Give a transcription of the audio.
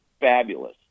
fabulous